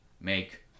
make